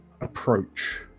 ...approach